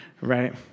Right